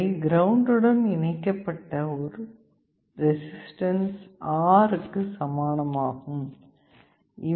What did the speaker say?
இவை கிரவுண்ட் உடன் இணைக்கப்பட்ட ஒரு ரெசிஸ்டன்ஸ் R க்கு சமானமாகும்